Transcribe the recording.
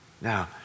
now